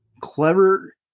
clever